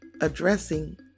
addressing